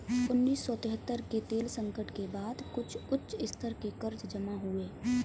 उन्नीस सौ तिहत्तर के तेल संकट के बाद कुछ उच्च स्तर के कर्ज जमा हुए